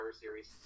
Series